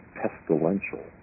pestilential